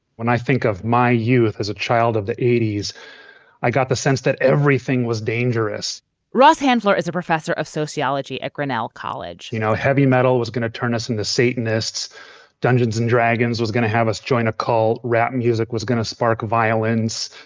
when i think of my youth as a child of the eighty s i got the sense that everything was dangerous ross handler is a professor of sociology at grinnell college you know heavy metal was gonna turn us into satanists dungeons and dragons was gonna have us join a call. rap music was gonna spark violence.